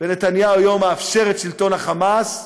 ונתניהו היום מאפשר את שלטון ה"חמאס".